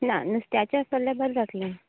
ना नुस्त्याचे आसा जाल्यार बरें जातलें